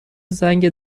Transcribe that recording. زنگ